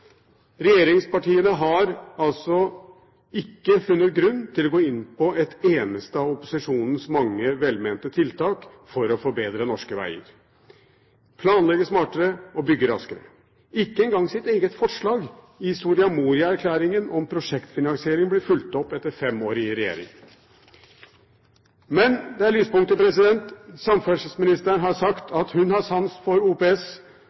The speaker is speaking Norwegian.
Regjeringspartiene har altså ikke funnet grunn til å gå inn på et eneste av opposisjonens mange velmente tiltak for å forbedre norske veger, planlegge smartere og bygge raskere. Ikke engang deres eget forslag i Soria Moria-erklæringen om prosjektfinansiering ble fulgt opp etter fem år i regjering. Men det er lyspunkter. Samferdselsministeren har sagt at hun har sans for OPS